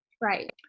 right